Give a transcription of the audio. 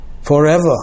forever